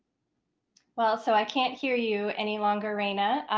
well, so i can't hear you any longer, raina.